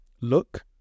look